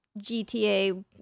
GTA